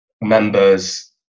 members